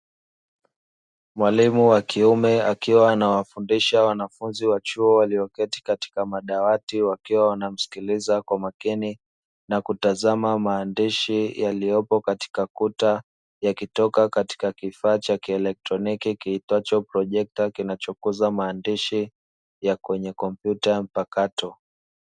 Mwalimu wa kiume akiwa anawafundisha wanafunzi wa chuo waliyoketi katika madawati, wakiwa wanamsikiliza kwa makini na kutazama maandishi yaliyopo katika kuta yakitoka katika kifaa cha kielektroniki kiitwacho projekta, kinachokuza maandishi ya kwenye kompyuta mpakato.